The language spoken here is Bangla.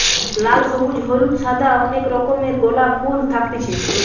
লাল, সবুজ, হলুদ, সাদা অনেক রকমের গোলাপ ফুল থাকতিছে